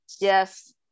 Yes